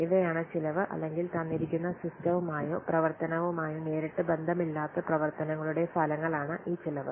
ഇവയാണ് ചിലവ് അല്ലെങ്കിൽ തന്നിരിക്കുന്ന സിസ്റ്റവുമായോ പ്രവർത്തനവുമായോ നേരിട്ട് ബന്ധമില്ലാത്ത പ്രവർത്തനങ്ങളുടെ ഫലങ്ങളാണ് ഈ ചെലവ്